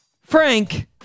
Frank